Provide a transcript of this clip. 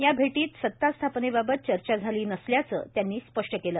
या भेटीत सत्ता स्थापनेबाबत चर्चा झाली नसल्याचं त्यांनी स्पष्ट केलं